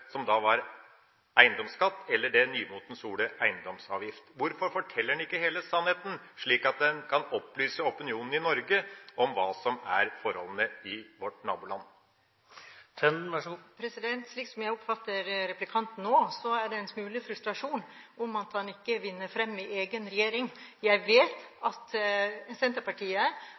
som da var eiendomsskatt, eller det nymotens ordet eiendomsavgift? Hvorfor forteller en ikke hele sannheten, slik at en kan opplyse opinionen i Norge om hva som er forholdene i vårt naboland? Slik som jeg oppfatter replikanten nå, er det en smule frustrasjon over at man ikke vinner fram i egen regjering. Jeg vet at Senterpartiet